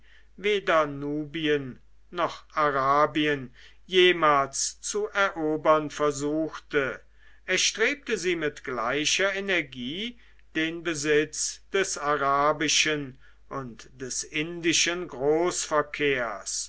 weder nubien noch arabien jemals zu erobern versuchte erstrebte sie mit gleicher energie den besitz des arabischen und des indischen